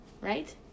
Right